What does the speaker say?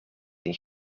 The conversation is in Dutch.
een